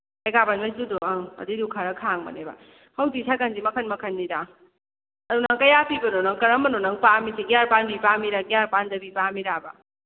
ꯃꯆꯨꯗꯨ ꯑꯗꯨꯏꯗꯨ ꯈꯔ ꯈꯥꯡꯕꯅꯦꯕ ꯍꯧꯖꯤꯛ ꯁꯥꯏꯀꯟꯁꯤ ꯃꯈꯟ ꯃꯈꯟꯅꯤꯗ ꯑꯗꯨ ꯅꯪ ꯀꯌꯥ ꯄꯤꯕꯅꯣ ꯅꯪ ꯀꯔꯝꯕꯅꯣ ꯅꯪ ꯄꯥꯝꯃꯤꯁꯦ ꯒ꯭ꯌꯥꯔ ꯄꯥꯟꯕꯤ ꯄꯥꯝꯃꯤꯔꯥ ꯒ꯭ꯌꯥꯔ ꯄꯥꯟꯗꯕꯤ ꯄꯥꯝꯃꯤꯔꯥꯕ